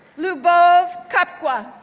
lyubov kapko,